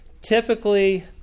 Typically